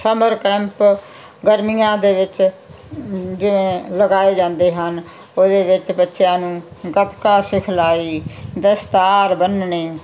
summer camp ਗਰਮੀਆਂ ਦੇ ਵਿੱਚ ਜਿਵੇਂ ਲਗਾਏ ਜਾਂਦੇ ਹਨ ਉਹਦੇ ਵਿੱਚ ਬੱਚਿਆਂ ਨੂੰ ਗੱਤਕਾ ਸਿਖਲਾਈ ਦਸਤਾਰ ਬੰਨਣੀ